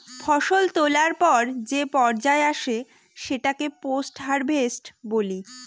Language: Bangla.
ফসল তোলার পর যে পর্যায় আসে সেটাকে পোস্ট হারভেস্ট বলি